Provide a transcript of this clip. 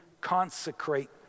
consecrate